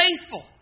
faithful